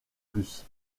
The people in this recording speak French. plus